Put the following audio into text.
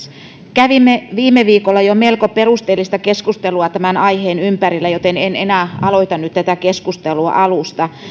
kävimme jo viime viikolla melko perusteellista keskustelua tämän aiheen ympärillä joten en nyt enää aloita tätä keskustelua alusta